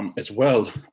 um as well,